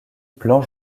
blanc